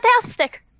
fantastic